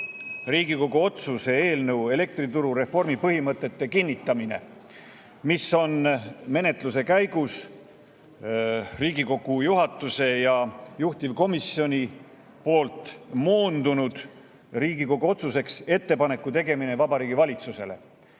Riigikogu otsuse eelnõu "Elektrituru reformi põhimõtete kinnitamine", mis on menetluse käigus Riigikogu juhatuse ja juhtivkomisjoni poolt moondatud Riigikogu otsuseks "Ettepaneku tegemine Vabariigi Valitsusele".